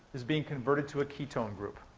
is being converted to a ketone group.